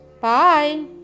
Bye